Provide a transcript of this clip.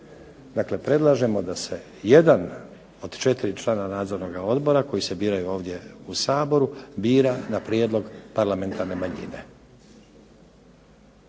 Dakle, predlažemo da se jedan od 4 člana Nadzornog odbora koji se biraju ovdje u Saboru bira na prijedlog parlamentarne manjine.